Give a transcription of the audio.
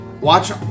Watch